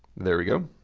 there we go,